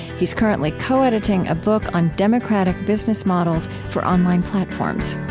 he is currently co-editing a book on democratic business models for online platforms